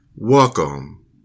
Welcome